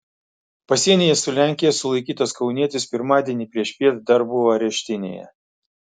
pasienyje su lenkija sulaikytas kaunietis pirmadienį priešpiet dar buvo areštinėje